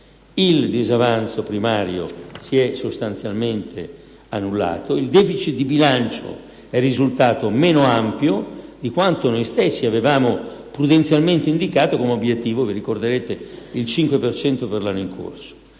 il disavanzo primario si è sostanzialmente annullato. Il *deficit* di bilancio è risultato meno ampio di quanto avevamo noi stessi prudenzialmente indicato come obiettivo: come ricorderete, il 5 per cento, per l'anno in corso.